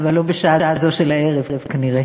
אבל לא בשעה זו של הערב כנראה.